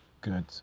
good